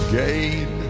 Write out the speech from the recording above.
gain